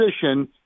position